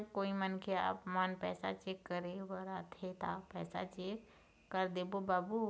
जब कोई मनखे आपमन पैसा चेक करे बर आथे ता पैसा चेक कर देबो बाबू?